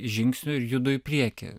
žingsniu ir judu į priekį